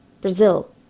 Brazil